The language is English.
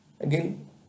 again